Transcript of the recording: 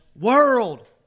world